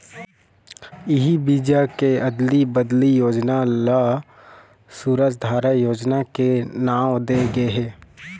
इही बीजा के अदली बदली योजना ल सूरजधारा योजना के नांव दे गे हे